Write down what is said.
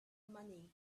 money